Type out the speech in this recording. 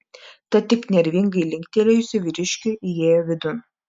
tad tik nervingai linktelėjusi vyriškiui įėjo vidun